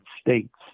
States